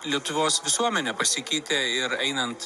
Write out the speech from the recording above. lietuvos visuomenė pasikeitė ir einant